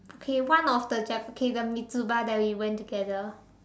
okay one of the Jap the Mitsu bar that we went together